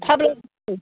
थाब लांदो